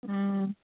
ꯎꯝ